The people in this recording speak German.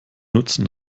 nutzen